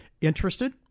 interested